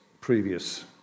previous